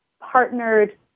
partnered